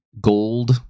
gold